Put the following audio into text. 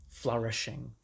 flourishing